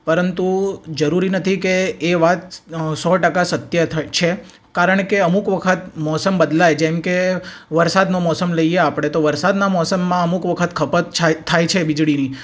પરંતુ જરૂરી નથી કે એ વાત સો ટકા સત્ય છે કારણ કે અમુક વખત મોસમ બદલાય જેમ કે વરસાદનો મોસમ લઈએ આપણે તો વરસાદના મોસમમાં અમુક વખત ખપત છાય થાય છે વીજળીની